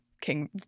King